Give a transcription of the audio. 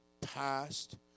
past